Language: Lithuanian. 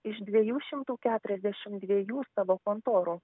iš dviejų šimtų keturiasdešim dviejų savo kontorų